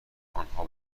آنها